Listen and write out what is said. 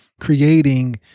creating